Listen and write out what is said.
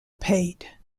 pate